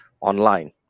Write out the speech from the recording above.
online